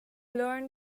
learn